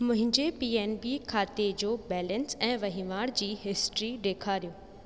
मुंहिंजे P N B खाते जो बैलेंस ऐं वहिंवार जी हिस्ट्री ॾेखारियो